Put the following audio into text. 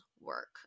work